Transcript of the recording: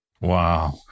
Wow